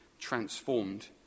transformed